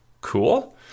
Cool